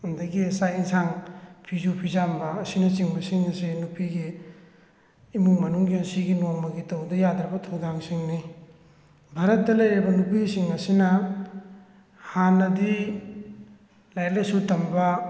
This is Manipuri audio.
ꯑꯗꯒꯤ ꯆꯥꯛ ꯏꯟꯁꯥꯡ ꯐꯤꯁꯨ ꯐꯤꯖꯥꯝꯕ ꯑꯁꯤꯅꯆꯤꯡꯕꯁꯤꯡ ꯑꯁꯤ ꯅꯨꯄꯤꯒꯤ ꯏꯃꯨꯡ ꯃꯅꯨꯡꯒꯤ ꯑꯁꯤꯒꯤ ꯅꯣꯡꯃꯒꯤ ꯇꯧꯗ ꯌꯥꯗ꯭ꯔꯕ ꯊꯧꯗꯥꯡꯁꯤꯡꯅꯤ ꯚꯥꯔꯠꯇ ꯂꯩꯔꯤꯕ ꯅꯨꯄꯤꯁꯤꯡ ꯑꯁꯤꯅ ꯍꯥꯟꯅꯗꯤ ꯂꯥꯏꯔꯤꯛ ꯂꯥꯏꯁꯨ ꯇꯝꯕ